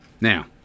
Now